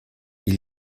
est